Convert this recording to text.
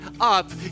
up